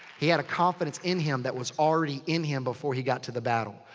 he had a confidence in him that was already in him before he got to the battle.